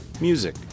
music